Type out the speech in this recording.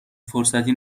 فرصتی